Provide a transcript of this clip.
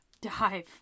dive